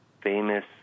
famous